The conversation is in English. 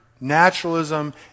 Naturalism